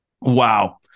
wow